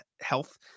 health